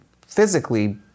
physically